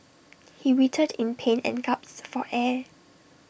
he writhed in pain and gasped for air